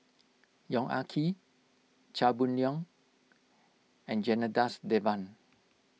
Yong Ah Kee Chia Boon Leong and Janadas Devan